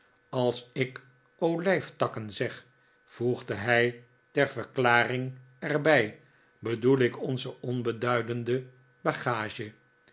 als ik olijftakken zeg voegde hij ter verklaring er bij bedoel ik onze onbeduidende bagage